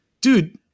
Dude